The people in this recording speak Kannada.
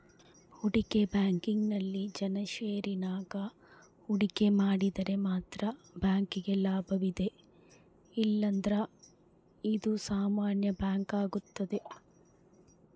ಹೂಡಿಕೆ ಬ್ಯಾಂಕಿಂಗ್ನಲ್ಲಿ ಜನ ಷೇರಿನಾಗ ಹೂಡಿಕೆ ಮಾಡಿದರೆ ಮಾತ್ರ ಬ್ಯಾಂಕಿಗೆ ಲಾಭವಿದೆ ಇಲ್ಲಂದ್ರ ಇದು ಸಾಮಾನ್ಯ ಬ್ಯಾಂಕಾಗುತ್ತದೆ